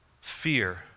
fear